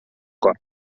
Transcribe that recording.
corb